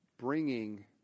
Bringing